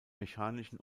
mechanischen